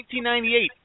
1998